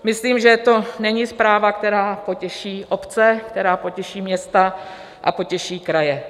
Myslím, že to není zpráva, která potěší obce, která potěší města a potěší kraje.